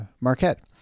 Marquette